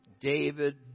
David